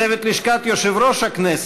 צוות לשכת יושב-ראש הכנסת.